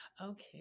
Okay